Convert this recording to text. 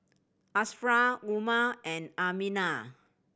Ashraf Umar and Aminah